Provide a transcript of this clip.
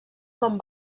com